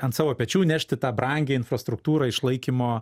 ant savo pečių nešti tą brangią infrastruktūrą išlaikymo